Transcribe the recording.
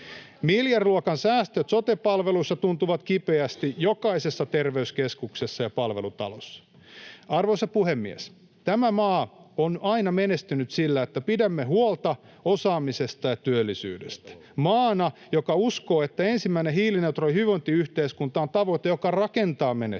Miljardiluokan säästöt sote-palveluissa tuntuvat kipeästi jokaisessa terveyskeskuksessa ja palvelutalossa. Arvoisa puhemies! Tämä maa on aina menestynyt sillä, että pidämme huolta osaamisesta ja työllisyydestä — maana, joka uskoo, että ensimmäinen hiilineutraali hyvinvointiyhteiskunta on tavoite, joka rakentaa menestystä